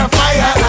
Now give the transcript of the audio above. fire